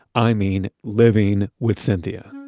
i mean living with cynthia